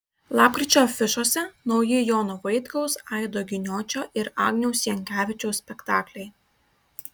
lapkričio afišose nauji jono vaitkaus aido giniočio ir agniaus jankevičiaus spektakliai